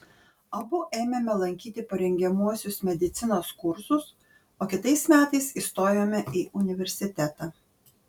abu ėmėme lankyti parengiamuosius medicinos kursus o kitais metais įstojome į universitetą